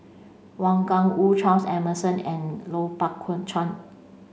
Wang Gungwu Charles Emmerson and Lui Pao Chuen